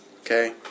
Okay